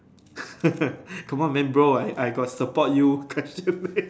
come on man bro I I got support you question